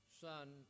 son